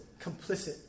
complicit